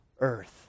earth